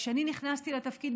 כשאני נכנסתי לתפקיד,